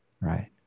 Right